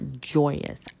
joyous